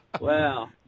Wow